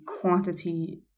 quantity